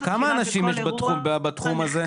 כמה אנשים יש בתחום הזה?